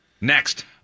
Next